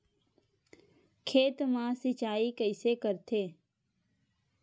खेत मा सिंचाई कइसे करथे?